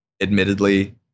admittedly